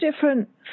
different